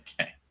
Okay